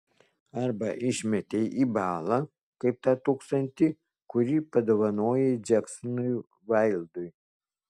arba išmetei į balą kaip tą tūkstantį kurį padovanojai džeksonui vaildui